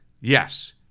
yes